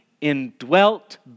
indwelt